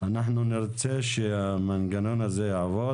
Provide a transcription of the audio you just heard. אנחנו נרצה שהמנגנון הזה יעבוד,